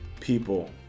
people